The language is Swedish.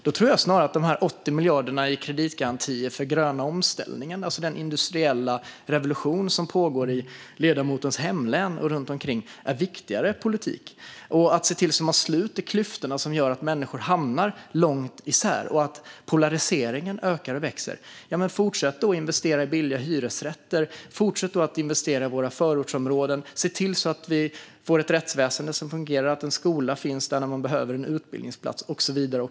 Då tror jag snarare att de här 80 miljarderna i kreditgarantier för den gröna omställningen - alltså den industriella revolution som pågår i ledamotens hemlän och runt omkring - är viktigare politik liksom att se till att sluta de klyftor som ökar polariseringen och gör att människor hamnar långt isär. Fortsätt att investera i billiga hyresrätter, fortsätt att investera i våra förortsområden, se till att vi får ett rättsväsen som fungerar och att en skola finns där när man behöver en utbildningsplats och så vidare.